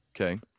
Okay